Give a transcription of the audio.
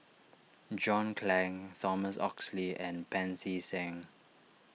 John Clang Thomas Oxley and Pancy Seng